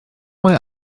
mae